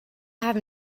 have